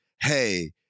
Hey